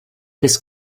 this